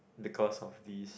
because of these